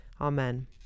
Amen